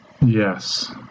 Yes